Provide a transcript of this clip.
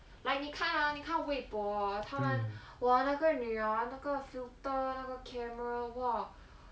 like 你看 ah 你看微博 orh 她们 !wah! 那个女 orh 那个 filter 那个 camera !wah!